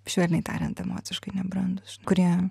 švelniai tariant emociškai nebrandūs kurie